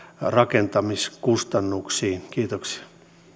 rakentamiskustannuksiin kiitoksia